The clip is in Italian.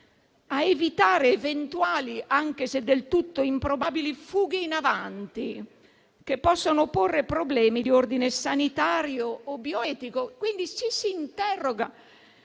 a evitare eventuali, anche se del tutto improbabili, fughe in avanti, che possano porre problemi di ordine sanitario o bioetico. Quindi ci si interroga